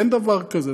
אין דבר כזה.